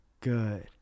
Good